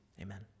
amen